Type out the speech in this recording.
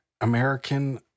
American